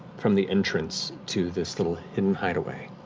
from the entrance to this little hidden hideaway.